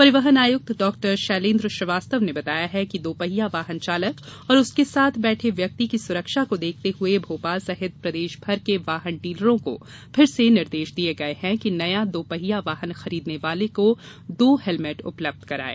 परिवहन आयुक्त डॉ शैलेंद्र श्रीवास्तव ने बताया कि दोपहिया वाहन चालक और उसके साथ बैठे व्यक्ति की सुरक्षा को देखते हुए भोपाल सहित प्रदेशभर के वाहन डीलरों को फिर से निर्देश दिए हैं कि नया दोपहिया वाहन खरीदने वाले को दो हेलमेट उपलब्ध कराएं